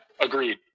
agreed